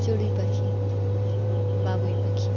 চড়ুই পাখি বাবুই পাখি